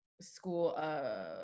School